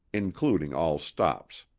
including all stops.